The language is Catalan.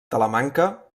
talamanca